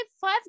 five